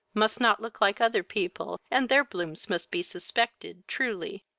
must not look like other people, and their blooms must be suspected truly.